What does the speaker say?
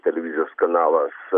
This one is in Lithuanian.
televizijos kanalas